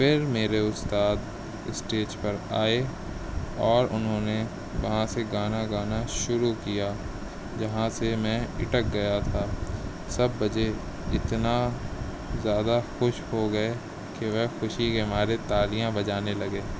پھر میرے استاد اسٹیج پر آئے اور انھوں نے وہاں سے گانا گانا شروع کیا جہاں سے میں اٹک گیا تھا سب بجے اتنا زیادہ خوش ہو گئے کہ وہ خوشی کے مارے تالیاں بجانے لگے